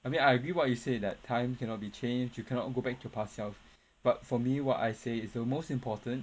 I mean I agree what you say that time cannot be changed you cannot go back to past self but for me what I say is most important